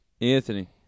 Anthony